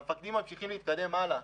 המפקדים ממשיכים להתקדם הלאה.